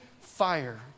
fire